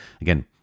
again